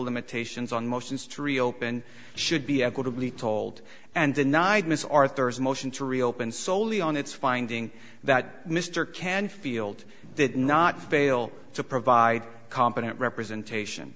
limitations on motions to reopen should be equitably told and denied miss arthur's motion to reopen soley on its finding that mr canfield did not fail to provide competent representation